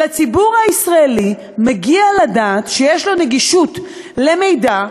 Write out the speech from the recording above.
לציבור הישראלי מגיע לדעת שיש לו נגישות למידע,